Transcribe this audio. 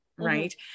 Right